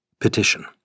petition